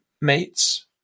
mates